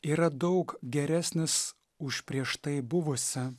yra daug geresnis už prieš tai buvusį